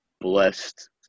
blessed